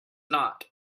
not